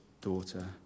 daughter